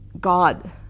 God